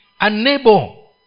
unable